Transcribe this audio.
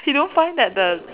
he don't find that the